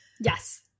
Yes